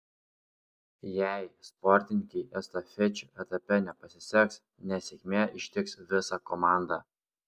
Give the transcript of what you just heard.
jei sportininkei estafečių etape nepasiseks nesėkmė ištiks visą komandą